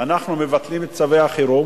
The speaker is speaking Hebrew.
אנחנו מבטלים את צווי החירום?